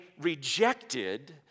rejected